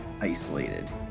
isolated